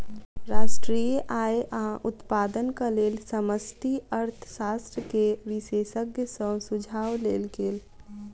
राष्ट्रीय आय आ उत्पादनक लेल समष्टि अर्थशास्त्र के विशेषज्ञ सॅ सुझाव लेल गेल